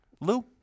Lou